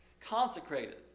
consecrated